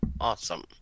Awesome